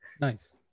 Nice